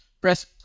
press